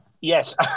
Yes